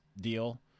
deal